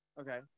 okay